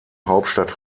hauptstadt